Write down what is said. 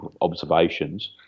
observations